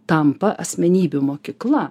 tampa asmenybių mokykla